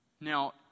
Now